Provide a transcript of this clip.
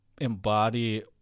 embody